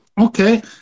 Okay